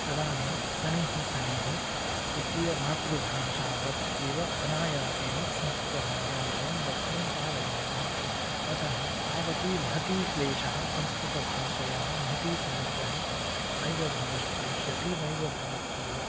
तदानीं शनैःशनैः स्वकीयमातृभाषावत् एव अनायासेन संस्कृतभाषां वयं वक्तुं पारयामः अतः तावती महती क्लेषः संस्कृतभाषयाः महती समस्या नैव भविष्यति नैव भवत्येव